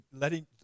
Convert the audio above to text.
letting